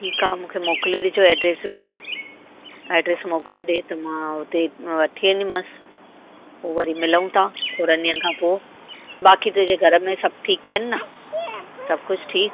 ठीकु आ मां मुखे मोकिले ॾिजो एड्रेसूं एड्रेस मोकिले ॾिए त मां हुते वठी ईंदीमासि पोइ वरी मिलूं था थोड़नि ॾींहंनि खां पोइ बाक़ी तुंहिंजे घर में सभु ठीकु आहिनि न सभु कुझु ठीकु